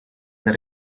that